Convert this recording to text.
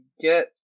get